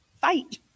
Fight